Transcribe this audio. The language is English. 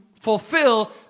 fulfill